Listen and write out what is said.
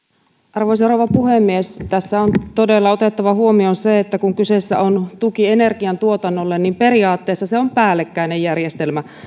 arvoisa rouva puhemies tässä on todella otettava huomioon se että kun kyseessä on tuki energiantuotannolle niin periaatteessa se on päällekkäinen järjestelmä